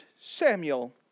Samuel